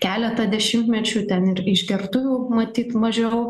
keletą dešimtmečių ten ir išgertuvių matyt mažiau